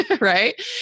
right